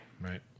Right